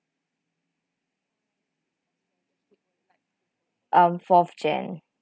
um fourth jan